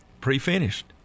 pre-finished